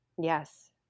Yes